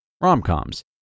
Rom-coms